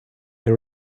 they